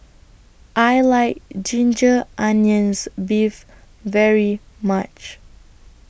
I like Ginger Onions Beef very much